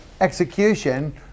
execution